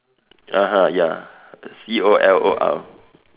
(uh huh) ya C O L O R